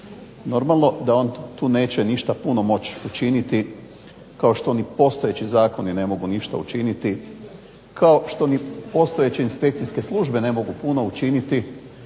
Normalno da on tu neće ništa puno moći učiniti kao što ni postojeći zakoni ne mogu ništa učiniti, kao što ni postojeće inspekcijske službe ne mogu puno učiniti